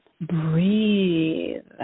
breathe